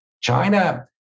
China